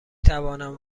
توانم